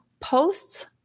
Posts